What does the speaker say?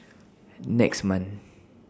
next month